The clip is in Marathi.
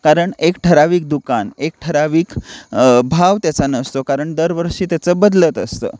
कारण एक ठराविक दुकान एक ठराविक भाव त्याचा नसतो कारण दरवर्षी त्याचं बदलत असतं